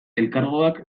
elkargoak